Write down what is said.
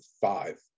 five